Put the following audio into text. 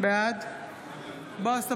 בעד בועז טופורובסקי,